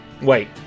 wait